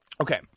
Okay